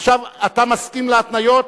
עכשיו אתה מסכים להתניות?